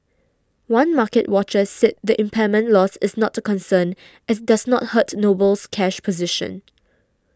one market watcher said the impairment loss is not a concern as it does not hurt Noble's cash position